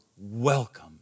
welcome